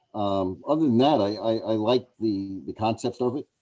um other than that, i like the the concept of it,